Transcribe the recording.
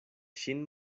ŝin